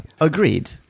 agreed